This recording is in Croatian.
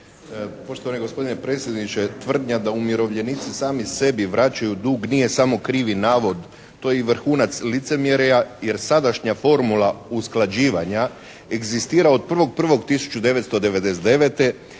Poštovani gospodine predsjedniče! Tvrdnja da umirovljenici sami sebi vraćaju dug nije samo krivi navod. To je i vrhunac licemjerja, jer sadašnja formula usklađivanja egzistira od 1.1.1999.